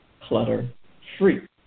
Clutter-Free